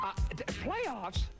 Playoffs